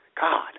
God